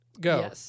Go